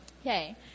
Okay